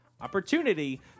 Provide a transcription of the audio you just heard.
opportunity